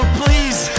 please